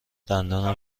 دندانم